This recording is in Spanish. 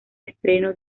estreno